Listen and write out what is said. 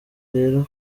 rero